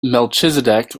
melchizedek